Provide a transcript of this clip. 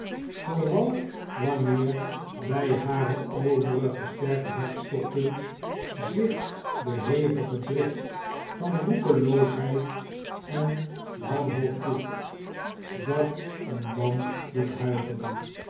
vooral wanneer bij hare overige sterke hartstochten zich de hevige drift van roekeloosheid en wanhoop voegt dat een man doet huiveren